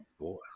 Boy